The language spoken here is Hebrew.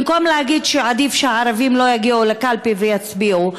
במקום להגיד שעדיף שהערבים לא יגיעו לקלפי ויצביעו.